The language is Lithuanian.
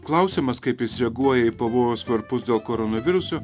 klausiamas kaip jis reaguoja į pavojaus varpus dėl koronaviruso